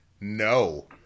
no